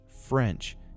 French